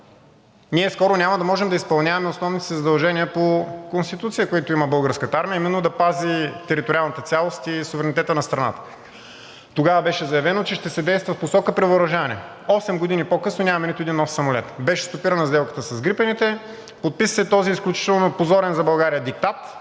ние скоро няма да можем да изпълняваме основните си задължения по Конституция, които има Българската армия, а именно да пази териториалната цялост и суверенитета на страната. Тогава беше заявено, че ще се действа в посока превъоръжаване. Осем години по-късно нямаме нито един нов самолет. Беше стопирана сделката с Gripen-ите, подписа се този изключително позорен за България диктат